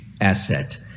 asset